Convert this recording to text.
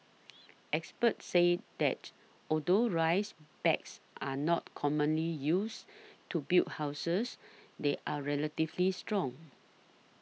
experts say that although rice bags are not commonly used to build houses they are relatively strong